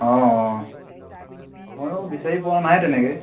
অঁ অঁ ময়ো বিচাৰি পোৱা নাই তেনেকৈ